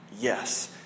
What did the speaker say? yes